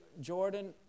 Jordan